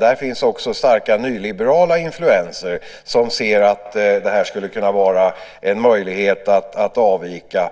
Där finns också starka nyliberala influenser som ser att det här skulle kunna vara en möjlighet att avvika